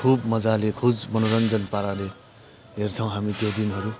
खुब मजाले खुब मनोरञ्जन पाराले हेर्छौँ हामी त्यो दिनहरू